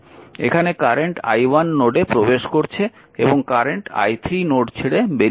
এখানে current i1 নোডে প্রবেশ করছে এবং কারেন্ট i3 নোড ছেড়ে বেরিয়ে যাচ্ছে